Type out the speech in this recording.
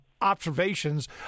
observations